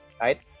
Right